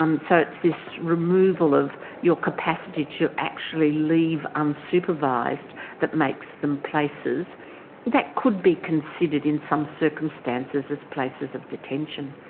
and so it's this removal of your capacity to actually leave unsupervised that makes them places that could be considered in some circumstances as places of detention.